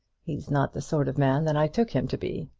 he's not the sort of man that i took him to be.